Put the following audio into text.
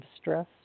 stress